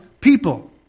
people